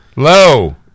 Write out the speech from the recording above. low